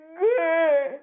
good